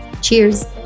Cheers